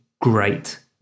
great